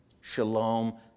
shalom